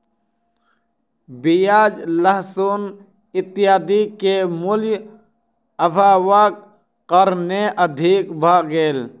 प्याज लहसुन इत्यादि के मूल्य, अभावक कारणेँ अधिक भ गेल